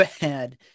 bad